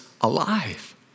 alive